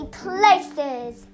places